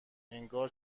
انگار